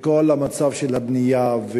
בכל המצב של הבנייה,